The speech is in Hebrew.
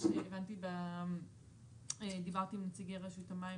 שהבנתי כשדיברתי עם נציגי רשות המים,